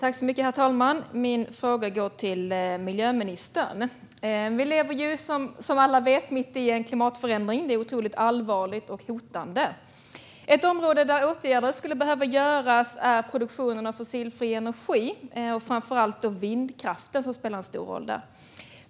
Herr talman! Min fråga går till miljöministern. Vi lever, som alla vet, mitt i en klimatförändring. Det är otroligt allvarligt och hotande. Ett område där åtgärder skulle behövas är produktionen av fossilfri energi, framför allt vindkraft, som spelar en stor roll.